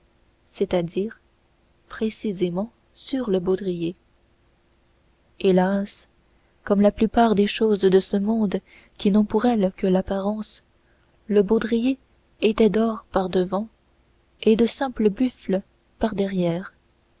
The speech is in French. c'est-à-dire précisément sur le baudrier hélas comme la plupart des choses de ce monde qui n'ont pour elles que l'apparence le baudrier était d'or par-devant et de simple buffle par-derrière